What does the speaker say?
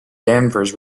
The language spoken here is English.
danvers